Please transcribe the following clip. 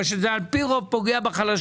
בגלל שזה על פי רוב פוגע בחלשים.